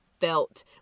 felt